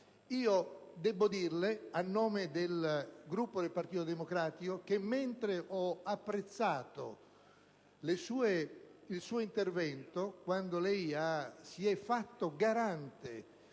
Debbo dirle, a nome del Gruppo del Partito Democratico, che mentre ho apprezzato il suo intervento quando lei si è fatto garante